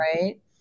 right